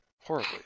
Horribly